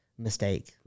Mistake